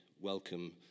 Welcome